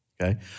okay